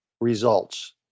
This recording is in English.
results